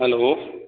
hello